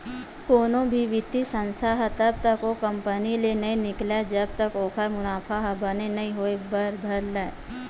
कोनो भी बित्तीय संस्था ह तब तक ओ कंपनी ले नइ निकलय जब तक ओखर मुनाफा ह बने नइ होय बर धर लय